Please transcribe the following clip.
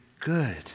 good